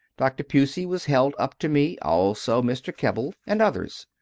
dr. pusey was held up to me, also mr. keble, and others.